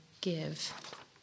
give